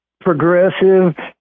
progressive